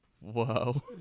Whoa